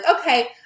okay